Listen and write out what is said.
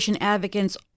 advocates